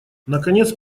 наконец